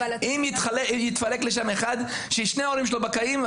אם יתפלק לשם אחד ששני ההורים שלו בחיים,